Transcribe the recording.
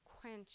Quench